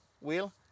wheel